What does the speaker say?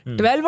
12